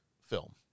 film